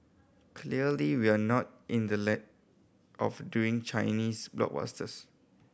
clearly we're not in the of doing Chinese blockbusters